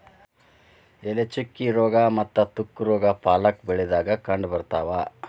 ಎಲೆ ಚುಕ್ಕಿ ರೋಗಾ ಮತ್ತ ತುಕ್ಕು ರೋಗಾ ಪಾಲಕ್ ಬೆಳಿದಾಗ ಕಂಡಬರ್ತಾವ